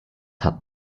hat